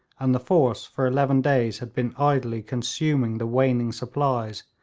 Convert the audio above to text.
and the force for eleven days had been idly consuming the waning supplies,